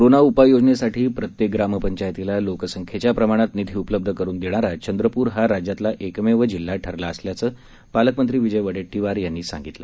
corona उपाययोजनेसाठी प्रत्येक ग्रामपंचायतीला लोकसंख्येच्या प्रमाणात निधी उपलब्ध करून देणारा चंद्रपूर हा राज्यातला एकमेव जिल्हा ठरला असल्याचं पालकमंत्री विजय वडेट्टीवार यांनी सांगितलं